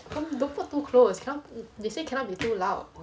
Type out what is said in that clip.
don't don't put too close they say cannot be too loud